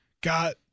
Got